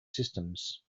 systems